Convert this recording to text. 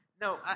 No